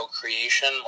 creation